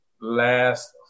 last